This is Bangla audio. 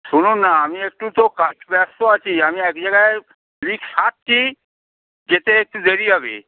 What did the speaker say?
শুনুন না আমি একটু তো কাজে ব্যস্ত আছি আমি এক জায়গায় লিক সারাচ্ছি যেতে একটু দেরি হবে